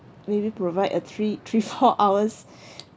maybe provide a three three four hours